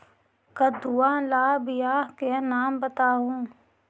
कददु ला बियाह के नाम बताहु?